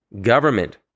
government